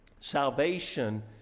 Salvation